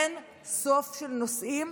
אין סוף של נושאים.